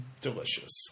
delicious